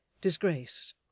disgrace